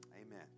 amen